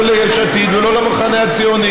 לא נגד יש עתיד ולא נגד המחנה הציוני.